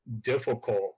difficult